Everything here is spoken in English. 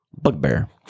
Bugbear